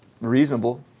reasonable